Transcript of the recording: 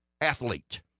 athlete